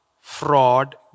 fraud